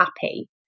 happy